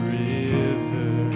river